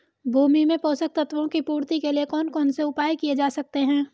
भूमि में पोषक तत्वों की पूर्ति के लिए कौन कौन से उपाय किए जा सकते हैं?